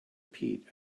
peat